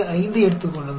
5 ஐ எடுத்துக் கொள்ளுங்கள்